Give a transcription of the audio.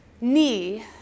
knee